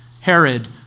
Herod